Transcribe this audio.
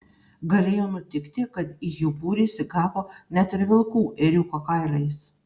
galėjo nutikti kad į jų būrį įsigavo net ir vilkų ėriuko kailiais